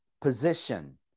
position